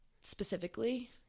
specifically